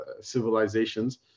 civilizations